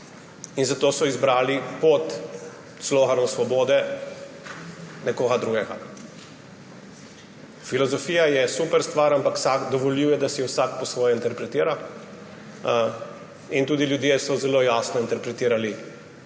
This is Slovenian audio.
Zato so izbrali pot s sloganom svobode nekoga drugega. Filozofija je super stvar, ampak vsak dovoljuje, da si jo vsak po svoje interpretira. Tudi ljudje so zelo jasno interpretirali,